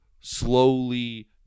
slowly